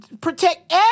protect